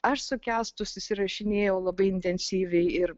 aš su kęstu susirašinėjau labai intensyviai ir